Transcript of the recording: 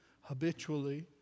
habitually